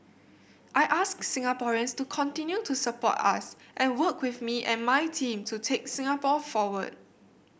I ask Singaporeans to continue to support us and work with me and my team to take Singapore forward